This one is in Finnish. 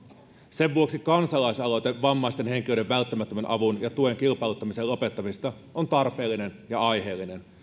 sen vuoksi kansalaisaloite vammaisten henkilöiden välttämättömän avun ja tuen kilpailuttamisen lopettamisesta on tarpeellinen ja aiheellinen